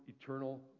eternal